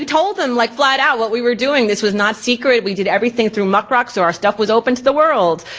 told them like flat out what we were doing, this was not secret. we did everything through muckrock so our stuff was open to the world.